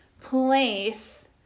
place